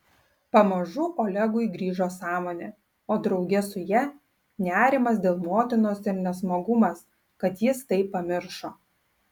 pamažu olegui grįžo sąmonė o drauge su ja nerimas dėl motinos ir nesmagumas kad jis tai pamiršo